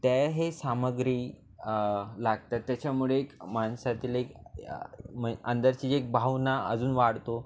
त्या हे सामग्री लागतात त्याच्यामुळे एक माणसाते लाईक मय अंदरची एक भावना अजून वाढतो